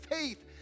faith